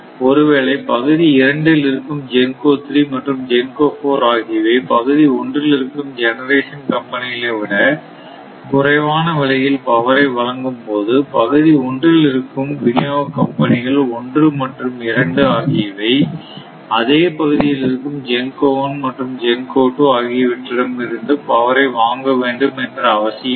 ஒருவேளை பகுதி இரண்டில் இருக்கும் GENCO 3 மற்றும் GENCO 4 ஆகியவை பகுதி ஒன்றில் இருக்கும் ஜெனரேஷன் கம்பெனிகளை விட குறைவான விலையில் பவரை வழங்கும்போது பகுதி ஒன்றில் இருக்கும் விநியோக கம்பெனிகள் 1 மற்றும் 2 ஆகியவை அதே பகுதியில் இருக்கும் GENCO 1 மற்றும் GENCO 2 ஆகியவற்றிடம் இருந்து பவரை வாங்க வேண்டும் என்று அவசியமில்லை